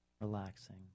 relaxing